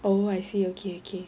oh I see okay okay